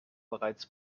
bereits